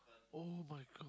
[oh]-my-God